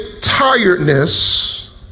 tiredness